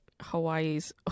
Hawaii's